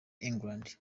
england